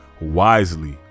wisely